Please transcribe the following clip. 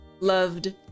loved